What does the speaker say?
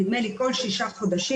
נדמה לי כל שישה חודשים,